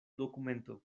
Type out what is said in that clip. dokumento